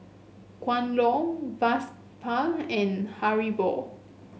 Kwan Loong Vespa and Haribo